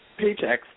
paychecks